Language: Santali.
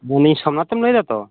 ᱵᱚᱱᱤ ᱥᱚᱢᱱᱟᱛᱷ ᱮᱢ ᱞᱟᱹᱭᱮᱫᱟ ᱛᱚ